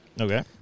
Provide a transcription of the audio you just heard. Okay